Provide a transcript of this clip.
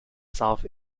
south